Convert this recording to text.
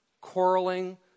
quarreling